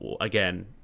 again